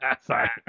Sorry